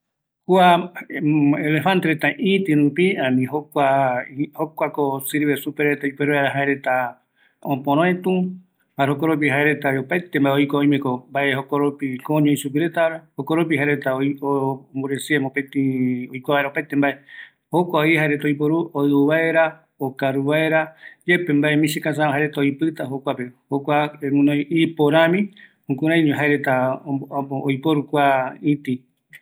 Kua elefante oime guinoɨ tembiporu jaeko ïtï, jokoropi jaereta opöroëtu, jokropi jaereta oikua, oime mbae kooño sugui retava, jokuavi oiporu oɨu vaera, okaru vaera, jare iporami, jaera oiporu reta